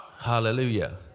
Hallelujah